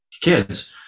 kids